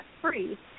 free